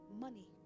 money